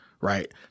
Right